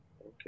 Okay